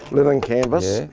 linen canvas,